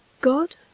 God